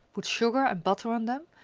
put sugar and butter on them,